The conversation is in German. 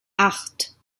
acht